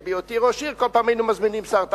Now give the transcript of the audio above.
בהיותי ראש עיר כל פעם היינו מזמינים שר תחבורה,